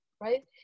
right